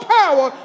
power